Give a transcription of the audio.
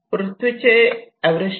पृथ्वीचे average temperature 4